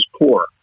poor